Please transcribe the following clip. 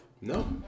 No